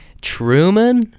Truman